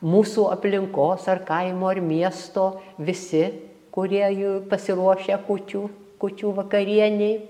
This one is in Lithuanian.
mūsų aplinkos ar kaimo ar miesto visi kurie jau pasiruošę kūčių kūčių vakarienei